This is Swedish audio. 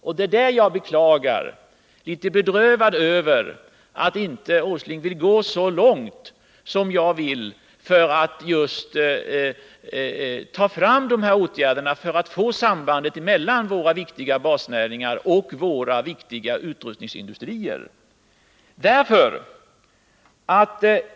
Jag är därför litet bedrövad över att herr Åsling inte vill gå så långt som jag önskar i fråga om åtgärder för att få till stånd ett samband mellan våra basnäringar och våra viktiga utrustningsindustrier.